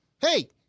Hey